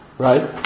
Right